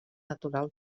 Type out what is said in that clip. natural